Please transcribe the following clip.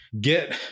get